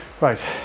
right